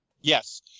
Yes